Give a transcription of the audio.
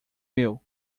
meu